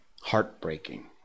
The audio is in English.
heartbreaking